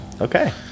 okay